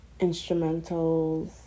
instrumentals